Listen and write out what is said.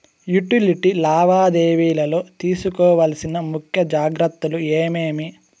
Utility లావాదేవీల లో తీసుకోవాల్సిన ముఖ్య జాగ్రత్తలు ఏమేమి?